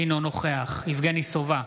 אינו נוכח יבגני סובה,